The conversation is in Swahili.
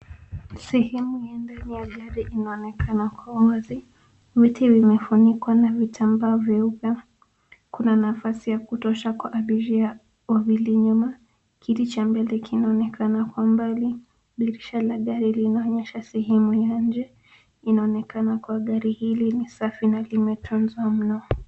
Sehemu ya ndani ya gari inaonekana kuwa wazi. Viti vimefunikwa naa vitambaa vyeupe. Kuna nafasi ya kutosha kwa abiria wawili nyuma. Kiti cha mbele kinaonekana kwa mbali. Dirisha la gari linaonyesha sehemu ya nje. Inaonekana kuwa gari hili ni safi na limetunzwa mno.